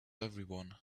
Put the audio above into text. everyone